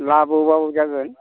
लाबोआबाबो जागोन